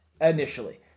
initially